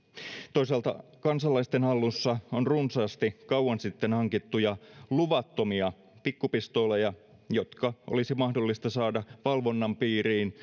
toisaalta kansalaisten hallussa on runsaasti kauan sitten hankittuja luvattomia pikkupistooleja jotka olisi mahdollista saada valvonnan piiriin